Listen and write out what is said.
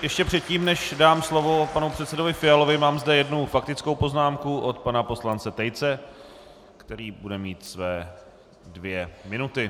Ještě předtím, než dám slovo panu předsedovi Fialovi, mám zde jednu faktickou poznámku od pana poslance Tejce, který bude mít své dvě minuty.